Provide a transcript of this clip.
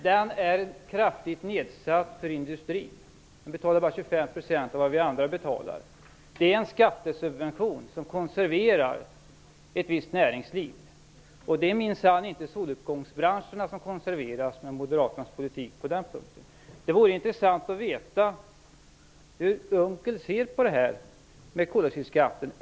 Den är kraftigt nedsatt för industrin, som bara betalar 25 % av vad vi andra betalar. Det är en skattesubvention som konserverar ett visst näringsliv. Det är minsann inte soluppgångsbranscherna som konserveras med Moderaternas politik på den punkten. Det vore intressant att veta hur Per Unckel ser på koldioxidskatten.